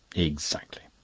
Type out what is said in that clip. exactly.